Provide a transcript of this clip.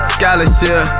Scholarship